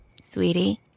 Sweetie